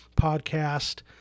podcast